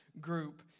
group